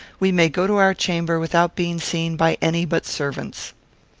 we may go to our chamber without being seen by any but servants.